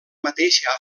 mateixa